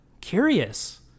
curious